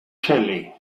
shelley